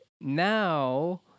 now